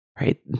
right